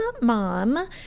mom